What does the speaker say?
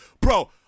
Bro